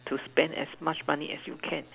to spend as much money as you can